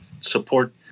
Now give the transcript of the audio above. Support